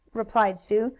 replied sue,